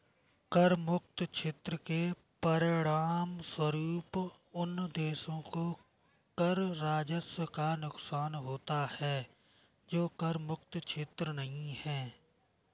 कर मुक्त क्षेत्र के परिणामस्वरूप उन देशों को कर राजस्व का नुकसान होता है जो कर मुक्त क्षेत्र नहीं हैं